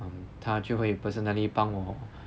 um 他就会 personally 帮我 orh